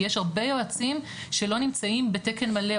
כי יש הרבה יועצים שלא נמצאים בתקן מלא,